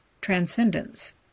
transcendence